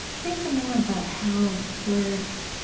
say some more about how words